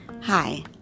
Hi